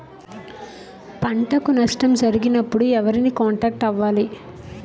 పంటకు నష్టం జరిగినప్పుడు ఎవరిని కాంటాక్ట్ అవ్వాలి?